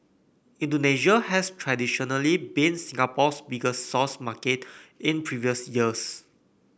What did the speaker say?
Indonesia has traditionally been Singapore's biggest source market in previous years